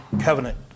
covenant